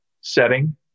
setting